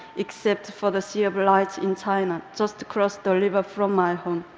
except for the sea of lights in china, just across the river from my home.